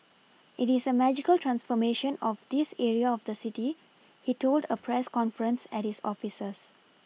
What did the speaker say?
it is a magical transformation of this area of the city he told a press conference at his offices